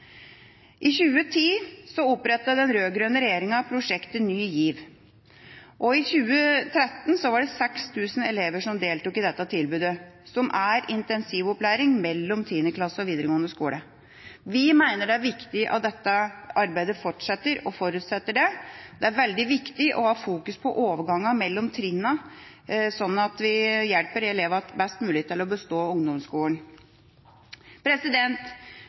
I 2010 opprettet den rød-grønne regjeringa prosjektet Ny GIV. I 2013 var det 6 000 elever som deltok i dette tilbudet, som er intensivopplæring mellom 10. klasse og videregående skole. Vi mener det er viktig at dette arbeidet fortsetter, og forutsetter det. Det er veldig viktig å ha fokus på overgangen mellom trinnene, så vi hjelper elevene best mulig til å bestå ungdomsskolen.